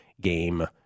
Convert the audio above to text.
game